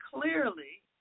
clearly